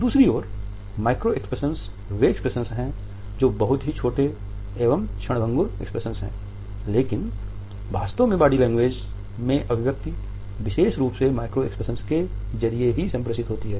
दूसरी ओर micro expression वे एक्सप्रेशन हैं जो बहुत ही छोटे से एवं क्षणभंगुर एक्सप्रेशन हैं लेकिन वास्तव में बॉडी लैंग्वेज में अभिव्यक्ति विशेष रूप से माइक्रो एक्सप्रेशंस के जरिए संप्रेषित होती है